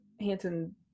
Hanson